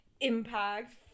impact